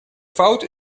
fout